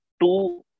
two